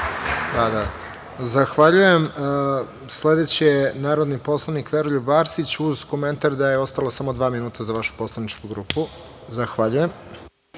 Zahvaljujem. Sledeći je narodni poslanik Veroljub Arsić, uz komentar da je ostalo samo dva minuta za vašu poslaničku grupu. **Veroljub